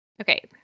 Okay